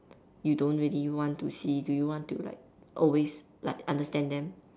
you don't really want to see do you want to like always like understand them